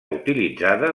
utilitzada